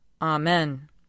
Amen